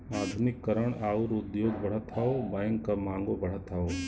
आधुनिकी करण आउर उद्योग बढ़त हौ बैंक क मांगो बढ़त हौ